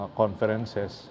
conferences